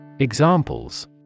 Examples